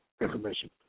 information